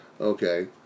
okay